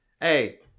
Hey